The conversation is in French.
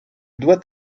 doit